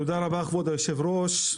תודה רבה, כבוד יושב הראש,